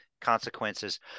consequences